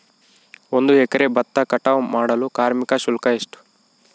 ಒಂದು ಎಕರೆ ಭತ್ತ ಕಟಾವ್ ಮಾಡಲು ಕಾರ್ಮಿಕ ಶುಲ್ಕ ಎಷ್ಟು?